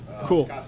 Cool